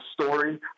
story